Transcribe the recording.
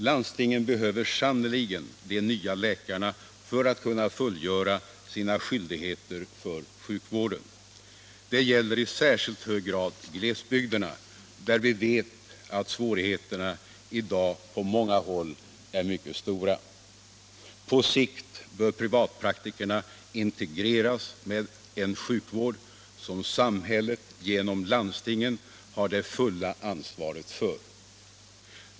Landstingen behöver sannerligen de nya läkarna för att kunna fullgöra sina skyldigheter för sjukvården. Det gäller i särskilt hög grad glesbygderna, där svårigheterna på många håll i dag är mycket stora. På sikt bör privatpraktikerna integreras med en sjukvård, som samhället genom landstingen har det fulla ansvaret för.